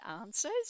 answers